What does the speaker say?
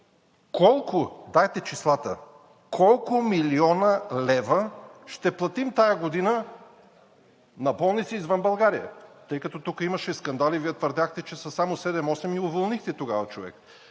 колко милиона лева ще платим тази година на болници извън България? Тъй като тук имаше скандали. Вие твърдяхте че са само седем-осем и уволнихте тогава човека.